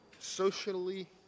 socially